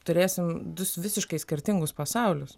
turėsim du s visiškai skirtingus pasaulius